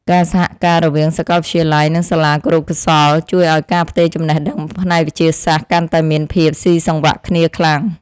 ការសហការរវាងសាកលវិទ្យាល័យនិងសាលាគរុកោសល្យជួយឱ្យការផ្ទេរចំណេះដឹងផ្នែកវិទ្យាសាស្ត្រកាន់តែមានភាពស៊ីសង្វាក់គ្នាខ្លាំង។